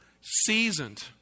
seasoned